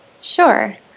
Sure